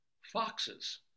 foxes